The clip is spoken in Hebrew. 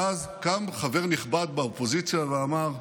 ואז קם חבר נכבד באופוזיציה ואמר: